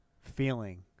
feeling